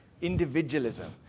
individualism